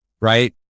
right